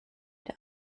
der